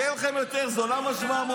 אני אענה